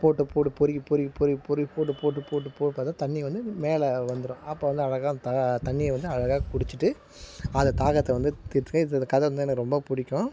போட்டுப் போட்டு பொறுக்கிப் பொறுக்கி பொறுக்கி பொறுக்கி போட்டுப் போட்டுப் போட்டுப் போட்டு பார்த்தா தண்ணி வந்து மேலே வந்துடும் அப்போ வந்து அழகாக அந்த தண்ணியை வந்து அழகாக குடிச்சுவிட்டு அது தாகத்தை வந்து தீர்த்துக்கும் இது இந்த கதை வந்து எனக்கு ரொம்பப் பிடிக்கும்